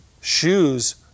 shoes